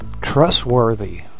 trustworthy